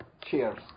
cheers